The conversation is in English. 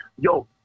Yo